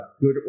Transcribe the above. good